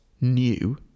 new